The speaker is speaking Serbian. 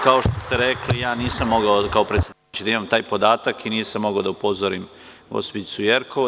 Kao što ste rekli, nisam mogao kao predsedavajući da imam taj podatak i nisam mogao da upozorim gospođicu Jerkov.